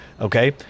okay